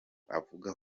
avuga